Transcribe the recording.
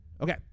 Okay